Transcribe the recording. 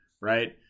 right